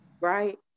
right